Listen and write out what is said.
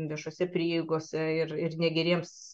viešose prieigose ir ir negeriems